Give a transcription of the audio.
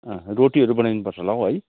रोटीहरू बनाइदिनुपर्छ होला हौ है